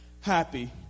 happy